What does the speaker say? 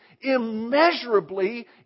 immeasurably